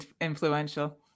influential